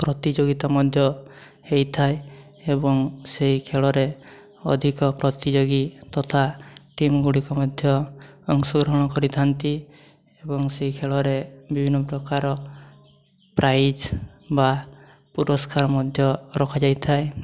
ପ୍ରତିଯୋଗିତା ମଧ୍ୟ ହେଇଥାଏ ଏବଂ ସେଇ ଖେଳରେ ଅଧିକ ପ୍ରତିଯୋଗୀ ତଥା ଟିମ୍ଗୁଡ଼ିକ ମଧ୍ୟ ଅଂଶଗ୍ରହଣ କରିଥାନ୍ତି ଏବଂ ସେଇ ଖେଳରେ ବିଭିନ୍ନ ପ୍ରକାର ପ୍ରାଇଜ୍ ବା ପୁରସ୍କାର ମଧ୍ୟ ରଖାଯାଇଥାଏ